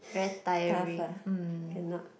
very tiring mm